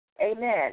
Amen